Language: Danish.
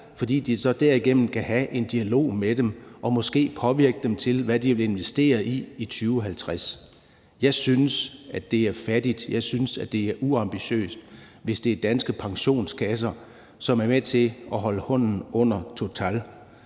fordi de så derigennem kan have en dialog med dem og måske påvirke dem til, hvad de vil investere i i 2050. Jeg synes, at det er fattigt, jeg synes, at det er uambitiøst, hvis det er danske pensionskasser, som er med til at holde hånden under Total.